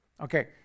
Okay